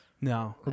No